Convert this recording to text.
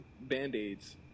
band-aids